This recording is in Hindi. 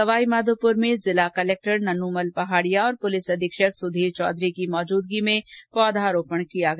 सवाईमाघोपुर में जिला कर्लेक्टर नन्नूमल पहाड़िया पुलिस अधीक्षक सुधीर चौधरी की उपस्थिति में पौधरोपण किया गया